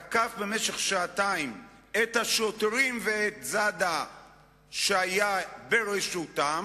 תקף במשך שעתיים את השוטרים ואת זאדה שהיה ברשותם,